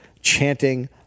chanting